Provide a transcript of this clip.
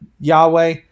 Yahweh